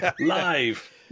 Live